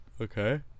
Okay